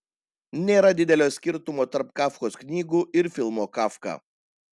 nėra didelio skirtumo tarp kafkos knygų ir filmo kafka